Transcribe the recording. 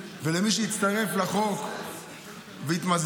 ולמי שהצטרף לחוק והתמזג,